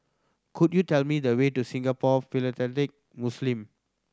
could you tell me the way to Singapore Philatelic Muslim